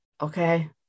okay